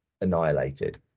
annihilated